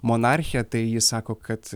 monarchija tai ji sako kad